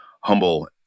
humble